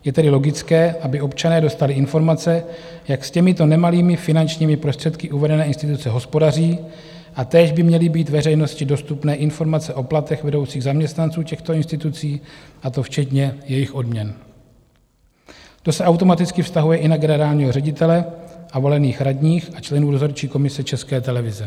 Je tedy logické, aby občané dostali informace, jak s těmito nemalými finančními prostředky uvedené instituce hospodaří, a též by měly být veřejnosti dostupné informace o platech vedoucích zaměstnanců těchto institucí, a to včetně jejich odměn to se automaticky vztahuje i na generálního ředitele a volených radních a členů dozorčí komise České televize.